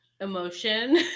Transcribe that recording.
emotion